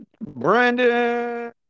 Brandon